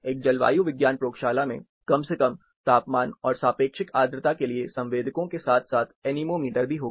एक जलवायु विज्ञान प्रयोगशाला में कम से कम तापमान और सापेक्षिक आर्द्रता के लिए संवेदकों के साथ साथ एनेमोमीटर भी होगा